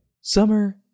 Summer